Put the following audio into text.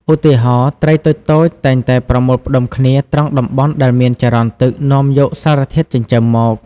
ឧទាហរណ៍ ត្រីតូចៗតែងតែប្រមូលផ្តុំគ្នាត្រង់តំបន់ដែលមានចរន្តទឹកនាំយកសារធាតុចិញ្ចឹមមក។